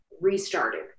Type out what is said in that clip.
restarted